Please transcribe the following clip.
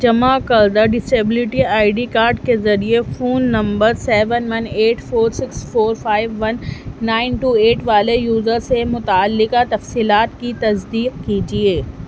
جمع کردہ disability I D card کے ذریعے phone number seven one eight four six four five one nine two eight والے user سے متعلقہ تفصیلات کی تصدیق کیجیے